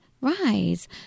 rise